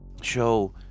Show